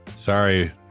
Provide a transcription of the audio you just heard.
sorry